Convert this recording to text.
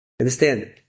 Understand